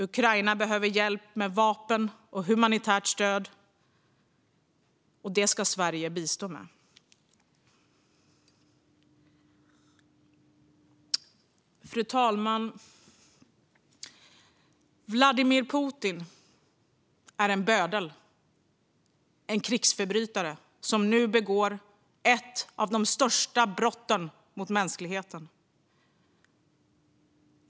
Ukraina behöver hjälp med vapen och humanitärt stöd, och det ska Sverige bistå med. Fru talman! Vladimir Putin är en bödel, en krigsförbrytare som nu begår ett av de största brotten mot mänskligheten.